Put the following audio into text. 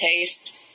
Taste